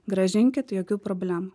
grąžinkit jokių problemų